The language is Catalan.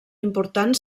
important